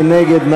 מי נגד?